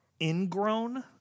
ingrown